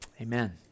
amen